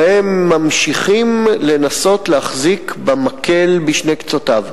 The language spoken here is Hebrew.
הרי הם ממשיכים לנסות להחזיק במקל בשני קצותיו: